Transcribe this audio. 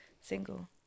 single